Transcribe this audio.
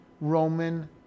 Roman